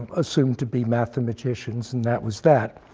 assumed to be mathematicians, and that was that.